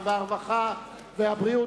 הרווחה והבריאות,